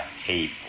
Tape